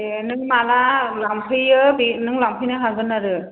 दे नों माब्ला लांफैयो बे नों लांफैनो हागोन आरो